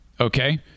Okay